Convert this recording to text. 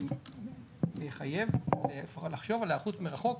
זה יחייב לחשוב על היערכות מרחוק,